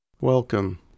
welcome